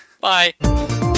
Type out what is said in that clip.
bye